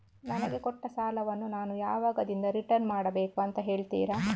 ನನಗೆ ಕೊಟ್ಟ ಸಾಲವನ್ನು ನಾನು ಯಾವಾಗದಿಂದ ರಿಟರ್ನ್ ಮಾಡಬೇಕು ಅಂತ ಹೇಳ್ತೀರಾ?